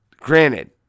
Granted